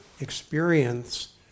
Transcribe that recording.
experience